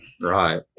Right